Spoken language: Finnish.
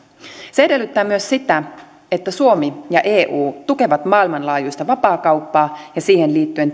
se edellyttää myös sitä että suomi ja eu tukevat maailmanlaajuista vapaakauppaa ja siihen liittyen